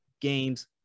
games